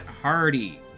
Hardy